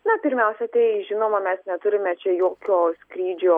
na pirmiausia tai žinoma mes neturime čia jokio skrydžio